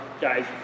guys